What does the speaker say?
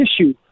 issue